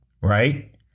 right